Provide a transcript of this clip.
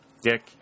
Dick